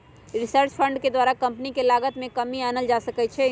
research fund के द्वारा company के लागत में कमी आनल जा सकइ छै